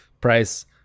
price